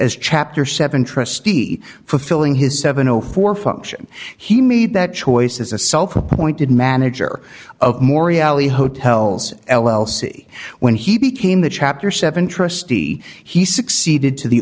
as chapter seven trustee fulfilling his seven o four function he made that choice as a self appointed manager of moriah alley hotels l l c when he became the chapter seven trustee he succeeded to the